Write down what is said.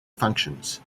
functions